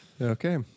Okay